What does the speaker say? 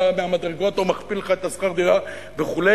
מהמדרגות או מכפיל לך את השכר דירה וכו',